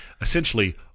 Essentially